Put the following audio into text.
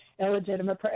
illegitimate